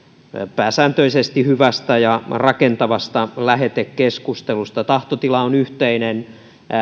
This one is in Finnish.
pääsääntöisesti hyvästä ja rakentavasta lähetekeskustelusta tahtotila on yhteinen